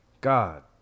God